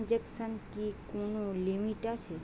ট্রানজেকশনের কি কোন লিমিট আছে?